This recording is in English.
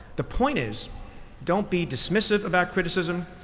the point is don't be dismissive about criticism,